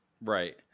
Right